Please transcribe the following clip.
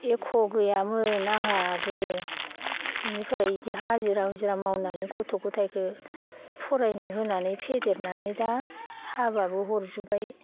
एख' गैयामोन आंहा आगोलो इनिफ्राय इदि हाजिरा मुजिरा मावनानै गथ' गथायखो फरायनो होनानै फेदेरनानै दा हाबाबो हरजोब्बाय